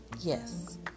Yes